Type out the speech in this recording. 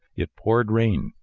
it poured rain,